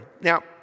Now